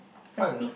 how you know